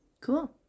Cool